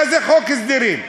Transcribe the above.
מה זה חוק הסדרים?